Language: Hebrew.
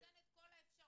נותן את כל האפשרויות